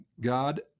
God